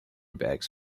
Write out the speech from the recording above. bags